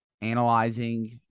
analyzing